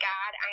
God